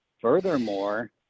Furthermore